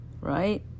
right